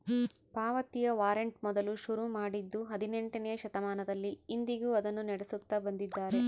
ಪಾವತಿಯ ವಾರಂಟ್ ಮೊದಲು ಶುರು ಮಾಡಿದ್ದೂ ಹದಿನೆಂಟನೆಯ ಶತಮಾನದಲ್ಲಿ, ಇಂದಿಗೂ ಅದನ್ನು ನಡೆಸುತ್ತ ಬಂದಿದ್ದಾರೆ